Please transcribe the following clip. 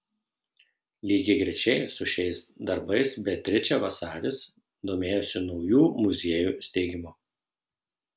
lygiagrečiai su šiais darbais beatričė vasaris domėjosi naujų muziejų steigimu